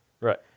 Right